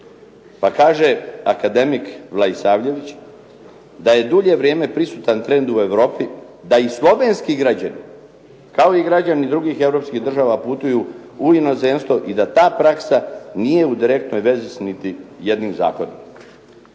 Pa kaže akademik Vlaisavljević da je dulje vrijeme prisutan trend u Europi da i slovenski građani kao i građani drugih europskih država putuju u inozemstvo i da ta praksa nije u direktnoj vezi s niti jednim zakonom.